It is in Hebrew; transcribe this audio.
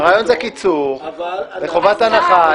הרעיון זה קיצור מחובת הנחה.